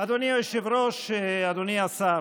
אדוני היושב-ראש, אדוני השר,